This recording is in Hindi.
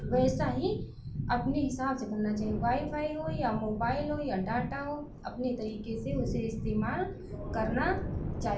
वैसा ही अपने हिसाब से करना चाहिए वाईफ़ाई हो या मोबाइल हो या डाटा हो अपने तरीके से उसे इस्तेमाल करना